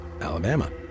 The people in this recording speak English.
Alabama